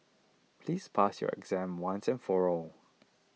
please pass your exam once and for all